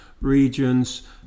regions